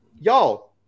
Y'all